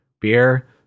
beer